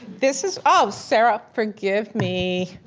this is, oh, sarah, forgive me.